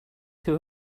who